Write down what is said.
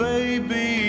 Baby